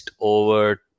over